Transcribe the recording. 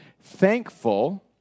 thankful